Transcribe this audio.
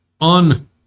on